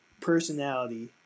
personality